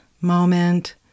moment